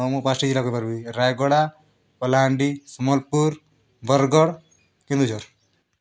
ହଁ ମୁଁ ପାଞ୍ଚଟି ଜିଲ୍ଲା କହିପାରିବି ରାୟଗଡ଼ା କଳାହାଣ୍ଡି ସମ୍ବଲପୁର ବରଗଡ଼ କେନ୍ଦୁଝର